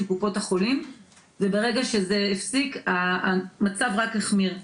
קופות החולים וברגע שזה הפסיק המצב רק החמיר.